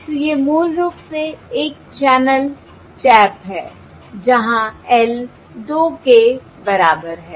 तो ये मूल रूप से l चैनल टैप्स हैं जहां l 2 के बराबर है